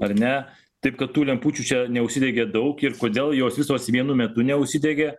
ar ne taip kad tų lempučių čia neužsidegė daug ir kodėl jos visos vienu metu neužsidegė